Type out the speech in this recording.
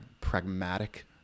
pragmatic